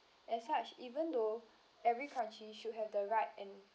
as such even though every country should have the right and